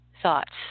thoughts